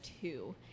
two